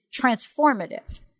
transformative